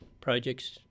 projects